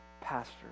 pastor